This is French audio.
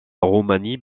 roumanie